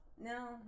no